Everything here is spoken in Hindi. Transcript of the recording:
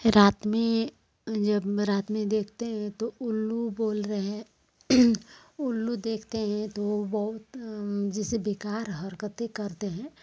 रात में जब रात में देखते हैं तो उल्लू बोल रहे हैं उल्लू देखते हें तो बहुत जैसे बेकार हरक़तें करते हैं